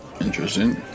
interesting